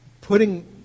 putting